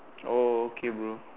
oh okay bro